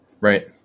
Right